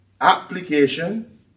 application